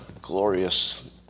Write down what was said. glorious